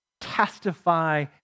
testify